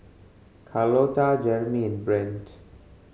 Carlota Jeramy and Brent